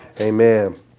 Amen